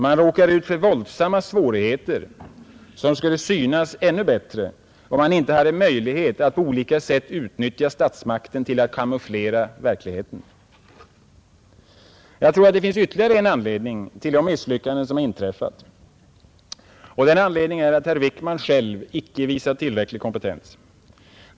Man råkar ut för våldsamma svårigheter, som skulle synas ännu bättre om man inte hade möjlighet att på olika sätt utnyttja statsmakten till att kamouflera verkligheten. Jag tror att det finns ytterligare en anledning till de misslyckanden som inträffat. Den anledningen är att herr Wickman själv inte visat tillräcklig kompetens.